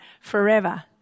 forever